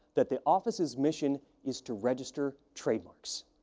that the office's mission is to register trademarks.